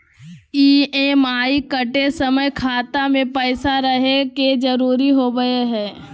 EMI कटे समय खाता मे पैसा रहे के जरूरी होवो हई